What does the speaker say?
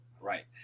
right